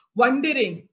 wondering